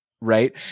Right